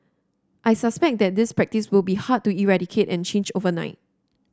I suspect that this practice will be hard to eradicate and change overnight